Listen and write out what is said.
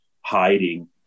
hiding